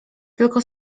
tylko